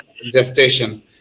gestation